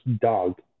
dog